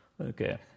Okay